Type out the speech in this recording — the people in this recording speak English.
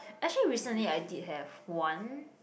actually recently I did have one